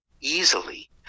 easily